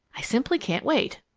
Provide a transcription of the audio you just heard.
i simply can't wait.